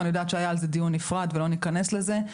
ואני יודעת שהיה על זה דיון נפרד ולא ניכנס לזה.